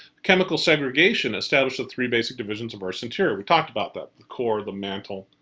chemical segregation established the three basic divisions of earth's interior. we talked about that. the core, the mantle,